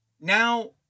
Now